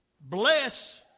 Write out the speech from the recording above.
Bless